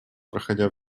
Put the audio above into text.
проходя